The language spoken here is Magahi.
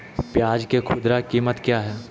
प्याज के खुदरा कीमत क्या है?